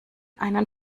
einen